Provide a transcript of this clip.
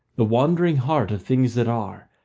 the wandering heart of things that are,